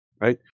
right